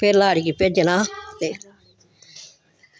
फिर लाड़ी गी भेजना ते